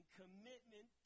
commitment